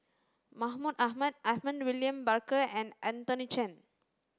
Mahmud Ahmad Edmund William Barker and Anthony Chen